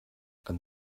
and